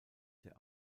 der